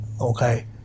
okay